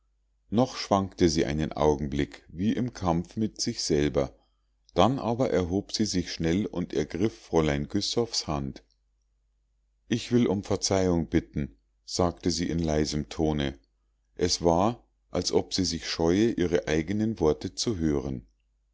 noch schwankte sie einen augenblick wie im kampf mit sich selber dann aber erhob sie sich schnell und ergriff fräulein güssows hand ich will um verzeihung bitten sagte sie in leisem tone es war als ob sie sich scheue ihre eigenen worte zu hören